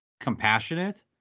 compassionate